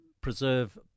preserve